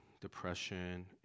depression